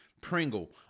Pringle